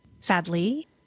Sadly